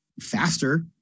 faster